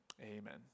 Amen